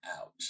out